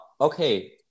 Okay